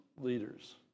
leaders